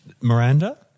Miranda